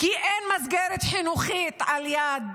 כי אין מסגרת חינוכית לידם,